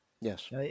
Yes